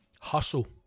hustle